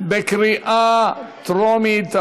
לקריאה טרומית.